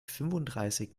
fünfunddreißig